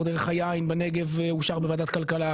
דרך היין בנגב אושר בוועדת הכלכלה.